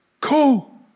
Cool